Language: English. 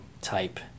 type